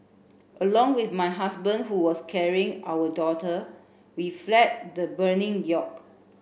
along with my husband who was carrying our daughter we fled the burning yacht